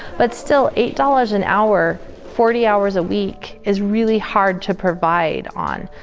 but still, eight dollars an hour, forty hours a week is really hard to provide on.